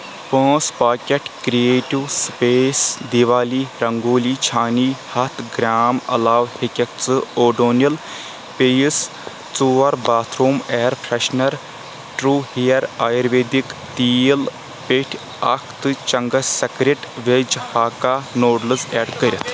پانٛژھ pocket creative space Diwali rangoli چھانۍ ہَتھ گرٛام علاوٕ ہیٚکَکھ ژٕ اوڈونِل بیٚیِس ژور bathroom air freshener true hair ayurvedic تیٖل پیٚٹھۍ اکھ تہٕ چنٛگس سیکرِٹ وٮ۪ج ہاکا نوٗڈٕلز ایڈ کٔرِتھ